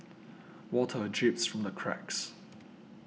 water drips from the cracks